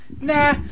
nah